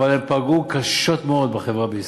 אבל הן פגעו קשות מאוד בחברה בישראל.